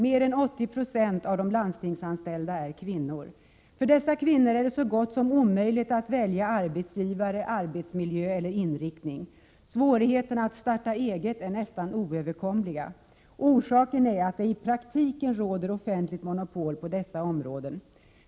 Mer än 80 96 av de landstingsanställda är kvinnor. För dessa kvinnor är det så gott som omöjligt att välja arbetsgivare, arbetsmiljö eller inriktning. Svårigheterna att starta eget är nästan oöverkomliga. Orsaken är att det i praktiken råder offentligt monopol på dessa områden.